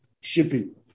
shipping